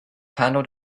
handled